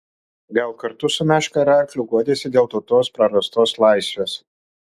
gal kartu su meška ir arkliu guodėsi dėl tautos prarastos laisvės